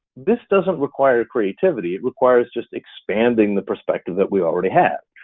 this doesn't require creativity, it requires just expanding the perspective that we already have.